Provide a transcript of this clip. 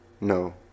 No